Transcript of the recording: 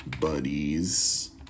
Buddies